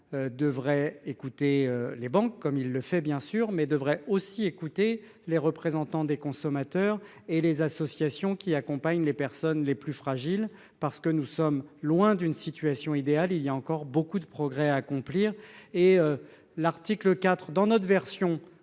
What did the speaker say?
devrait écouter les banques comme il le fait bien sûr mais devrait aussi écouter les représentants des consommateurs et les associations qui accompagnent les personnes les plus fragiles parce que nous sommes loin d'une situation idéale. Il y a encore beaucoup de progrès à accomplir et l'article IV dans notre version